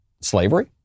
slavery